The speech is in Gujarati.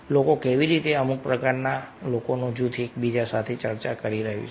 લોકો કેવી રીતે અમુક પ્રકારના લોકોનું જૂથ એકબીજામાં ચર્ચા કરી રહ્યું છે